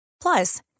Plus